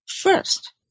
First